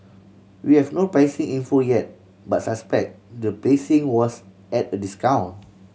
we have no pricing info yet but suspect the placing was at a discount